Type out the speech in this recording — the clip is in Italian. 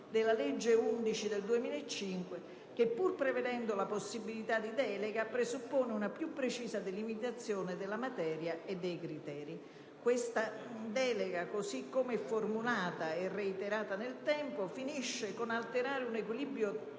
della legge n. 11 del 2005 che, pur prevedendo la possibilità di delega, presuppone una più precisa delimitazione della materia e dei criteri. Questa delega, così come formulata e reiterata nel tempo, finisce con l'alterare un equilibrio